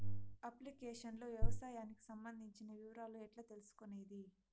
Application లో వ్యవసాయానికి సంబంధించిన వివరాలు ఎట్లా తెలుసుకొనేది?